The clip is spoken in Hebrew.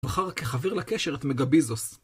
מחר כחבר לקשר את מגביזוס.